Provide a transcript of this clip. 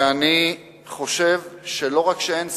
ואני חושב שלא רק שאין סתירה,